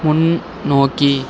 முன்னோக்கி